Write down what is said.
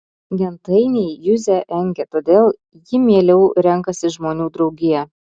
gentainiai juzę engia todėl ji mieliau renkasi žmonių draugiją